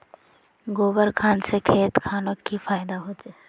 गोबर खान से खेत खानोक की फायदा होछै?